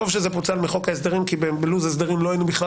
טוב שזה פוצל מחוק ההסדרים כי בלו"ז ההסדרים לא היינו בכלל